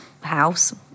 house